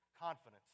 confidence